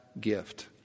gift